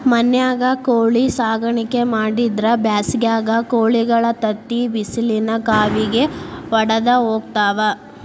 ಮನ್ಯಾಗ ಕೋಳಿ ಸಾಕಾಣಿಕೆ ಮಾಡಿದ್ರ್ ಬ್ಯಾಸಿಗ್ಯಾಗ ಕೋಳಿಗಳ ತತ್ತಿ ಬಿಸಿಲಿನ ಕಾವಿಗೆ ವಡದ ಹೋಗ್ತಾವ